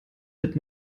wird